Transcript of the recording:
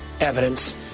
evidence